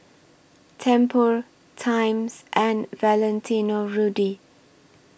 Tempur Times and Valentino Rudy